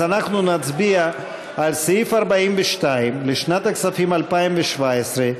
אז נצביע על סעיף 42 לשנת הכספים 2017,